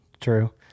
True